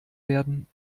werden